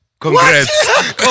Congrats